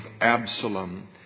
Absalom